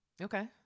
Okay